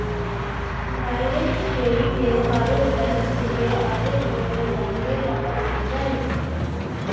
direct ক্রেডিটে কারুর bank থেকে আরেক জনের ব্যাংকে টাকা চলে যায়